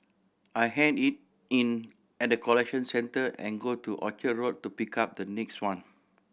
I hand it in at the collection centre and go to Orchard Road to pick up the next one